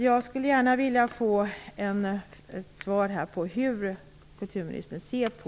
Jag skulle därför gärna vilja höra hur kulturministern ser på